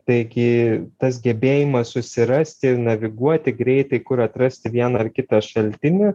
taigi tas gebėjimas susirasti ir naviguoti greitai kur atrasti vieną ar kitą šaltinį